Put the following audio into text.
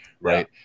right